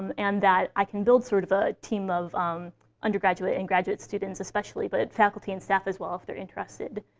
and that i can build sort of a team of um undergraduate and graduate students, especially, but faculty and staff, as well, if they're interested.